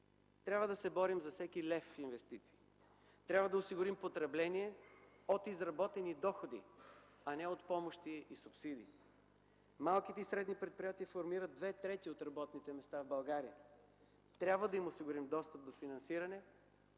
Трябва да се борим за всеки лев инвестиции. Трябва да осигурим потребление от изработени доходи, а не от помощи и субсидии. Малките и средните предприятия формират две трети от работните места в България. Трябва да им осигурим достъп до финансиране,